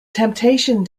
temptation